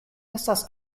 estas